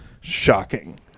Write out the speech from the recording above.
shocking